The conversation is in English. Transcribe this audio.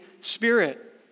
Spirit